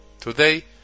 Today